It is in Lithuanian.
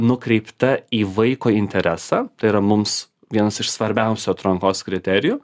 nukreipta į vaiko interesą tai yra mums vienas iš svarbiausių atrankos kriterijų